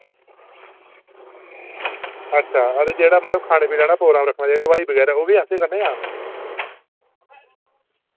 अच्छा हां ते जेह्ड़ा मतलब खाने पीने आह्ला प्रोग्राम रक्खना जे हलवाई बगैरा ओह् बी असें करने जां